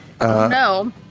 No